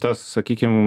sakykim tunelis